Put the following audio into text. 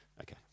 Okay